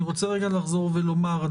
אני רוצה לחזור ולומר,